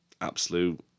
absolute